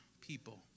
people